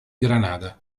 granada